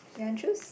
you want choose